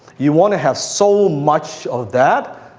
you want to have so much of that,